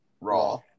Raw